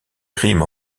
rimes